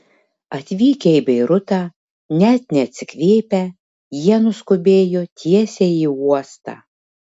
atvykę į beirutą net neatsikvėpę jie nuskubėjo tiesiai į uostą